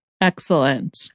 Excellent